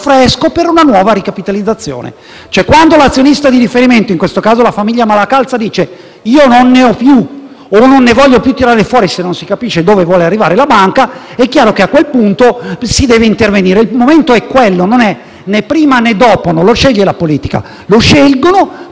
fresco per una nuova ricapitalizzazione. Quando l'azionista di riferimento - in questo caso la famiglia Malacalza - dice di non avere più soldi o di non volerne più tirare fuori se non si capisce dove vuole arrivare la banca, è chiaro che a quel punto si deve intervenire. Il momento è quello: non è né prima, né dopo. Non lo sceglie la politica: lo scelgono